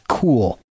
Cool